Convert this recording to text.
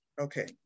Okay